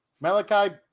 Malachi